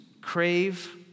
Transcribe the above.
crave